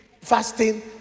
fasting